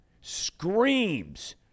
screams